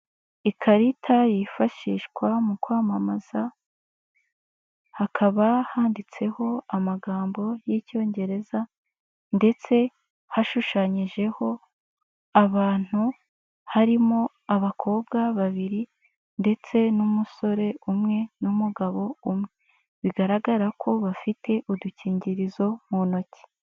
Ikarita yifashishwa mu kwamamaza, hakaba handitseho amagambo y'icyongereza ndetse hashushanyijeho abantu, harimo abakobwa babiri ndetse n'umusore umwe n'umugabo umwe. Bigaragara ko bafite udukingirizo mu ntoki.